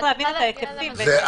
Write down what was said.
צריך להבין את ההיקפים ואת האתגר.